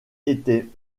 était